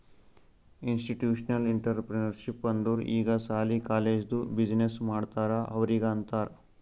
institutional entrepreneurship ಅಂದುರ್ ಈಗ ಸಾಲಿ, ಕಾಲೇಜ್ದು ಬಿಸಿನ್ನೆಸ್ ಮಾಡ್ತಾರ ಅವ್ರಿಗ ಅಂತಾರ್